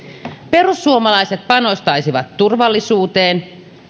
perussuomalaiset panostaisivat turvallisuuteen